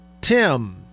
Tim